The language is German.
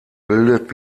bildet